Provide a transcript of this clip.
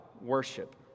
worship